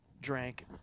drank